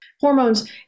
hormones